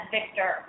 Victor